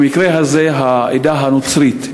במקרה הזה מהעדה הנוצרית,